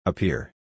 Appear